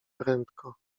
prędko